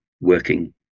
working